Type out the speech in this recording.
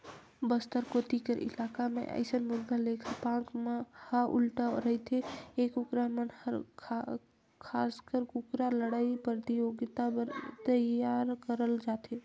बस्तर कोती कर इलाका म अइसन मुरगा लेखर पांख ह उल्टा रहिथे ए कुकरा मन हर खासकर कुकरा लड़ई परतियोगिता बर तइयार करल जाथे